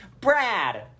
Brad